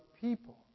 people